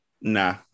nah